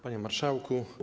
Panie Marszałku!